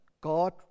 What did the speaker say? God